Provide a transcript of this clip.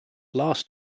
last